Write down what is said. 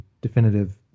definitive